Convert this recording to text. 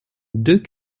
deux